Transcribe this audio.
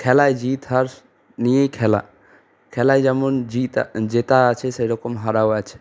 খেলায় জিত হার নিয়েই খেলা খেলায় যেমন জিত জেতা আছে সেইরকম হারাও আছে